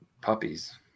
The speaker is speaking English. puppies